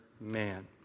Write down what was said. man